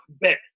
Bet